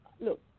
Look